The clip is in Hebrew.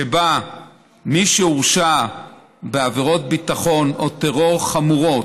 שמי שהורשע בעבירות ביטחון או טרור חמורות,